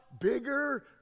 bigger